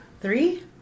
Three